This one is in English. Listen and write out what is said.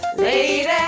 Lady